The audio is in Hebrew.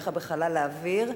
ככה בחלל האוויר,